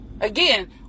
Again